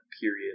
period